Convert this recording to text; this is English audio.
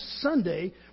Sunday